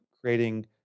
creating